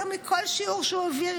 יותר מכל שיעור שהוא העביר,